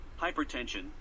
hypertension